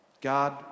God